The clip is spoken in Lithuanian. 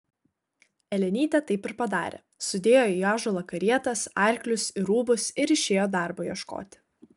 elenytė taip ir padarė sudėjo į ąžuolą karietas arklius ir rūbus ir išėjo darbo ieškoti